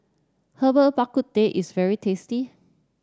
Herbal Bak Ku Teh is very tasty